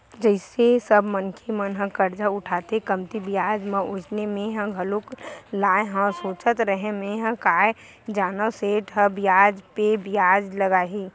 जइसे सब मनखे मन करजा उठाथे कमती बियाज म वइसने मेंहा घलोक लाय हव सोचत रेहेव मेंहा काय जानव सेठ ह बियाज पे बियाज लगाही